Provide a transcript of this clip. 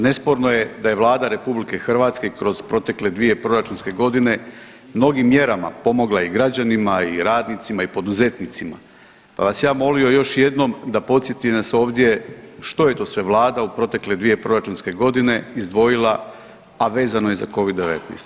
Nesporno je da je Vlada RH kroz protekle dvije proračunske godine mnogim mjerama pomogla i građanima i radnicima i poduzetnicima, pa bih vas ja molio još jednom da podsjetite nas ovdje što je to sve Vlada u protekle dvije proračunske godine izdvojila, a vezano je za covid -19.